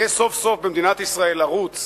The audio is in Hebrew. יהיה סוף-סוף במדינת ישראל ערוץ